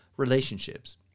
Relationships